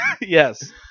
Yes